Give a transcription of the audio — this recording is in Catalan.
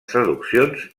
traduccions